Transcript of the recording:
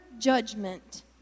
judgment